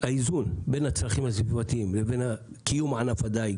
בין הצרכים הסביבתיים לבין קיום ענף הדיג